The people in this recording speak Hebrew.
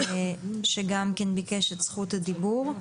שגם כן ביקש את זכות הדיבור.